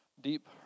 deep